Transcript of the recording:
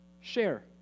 Share